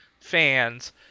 fans